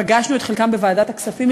פגשנו את חלקם בוועדת הכספים,